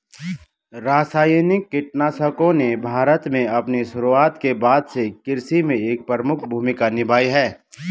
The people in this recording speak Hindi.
रासायनिक कीटनाशकों ने भारत में अपनी शुरूआत के बाद से कृषि में एक प्रमुख भूमिका निभाई है